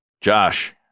Josh